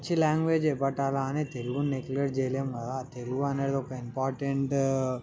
మంచి లాంగ్వేజే కానీ బట్ అలా అని తెలుగుని నెగ్లెట్ చేయలేము కదా తెలుగు అనేటిది ఒక ఇంపార్టెంట్